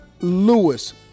Lewis